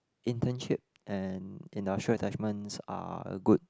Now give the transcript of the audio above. internship and industrial attachments are a good